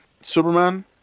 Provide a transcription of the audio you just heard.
Superman